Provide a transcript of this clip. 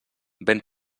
ben